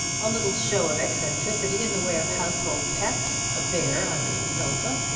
a little show of eccentricity in the way of household pets a bear under the sofa,